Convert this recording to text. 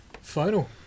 final